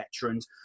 veterans